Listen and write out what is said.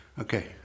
Okay